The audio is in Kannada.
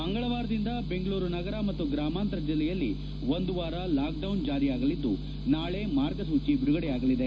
ಮಂಗಳವಾರದಿಂದ ಬೆಂಗಳೂರು ನಗರ ಮತ್ತು ಗ್ರಾಮಾಂತರ ಜಿಲ್ಲೆಯಲ್ಲಿ ಒಂದು ವಾರ ಲಾಕ್ ಡೌನ್ ಜಾರಿಯಾಗಲಿದ್ದು ನಾಳೆ ಮಾರ್ಗಸೂಚಿ ಬಿಡುಗಡೆ ಆಗಲಿದೆ